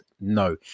No